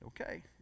Okay